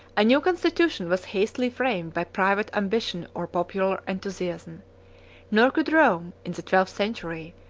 a new constitution was hastily framed by private ambition or popular enthusiasm nor could rome, in the twelfth century,